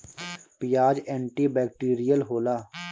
पियाज antibacterial होला